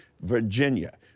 Virginia